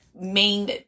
main